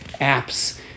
apps